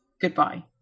goodbye